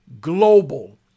global